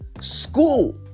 school